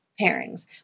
pairings